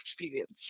experience